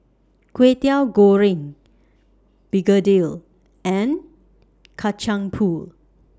Kwetiau Goreng Begedil and Kacang Pool